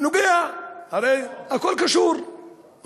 נוגע להסעות?